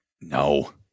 No